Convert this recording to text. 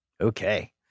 Okay